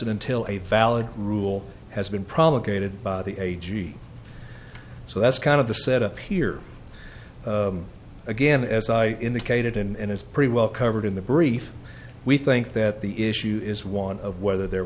and until a valid rule has been promulgated by the a g so that's kind of the set up here again as i indicated and it's pretty well covered in the brief we think that the issue is one of whether there